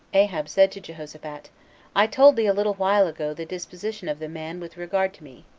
ahab said to jehoshaphat, i told thee a little while ago the disposition of the man with regard to me,